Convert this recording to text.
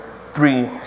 three